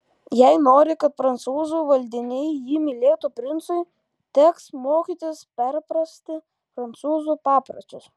jei nori kad prancūzų valdiniai jį mylėtų princui teks mokytis perprasti prancūzų papročius